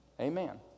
Amen